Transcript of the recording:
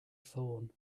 thorn